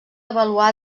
avaluar